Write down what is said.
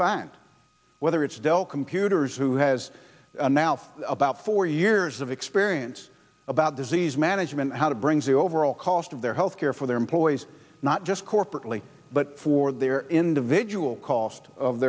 find whether it's dell computers who has now about four years of experience about disease management how to brings the overall cost of their health care for their employees not just corporately but for their individual cost of